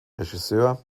regisseur